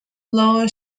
low